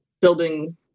building